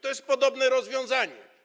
To jest podobne rozwiązanie.